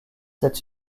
cette